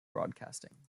broadcasting